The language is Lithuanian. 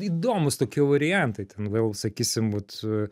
įdomūs tokie variantai ten vėl sakysim vat